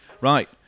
Right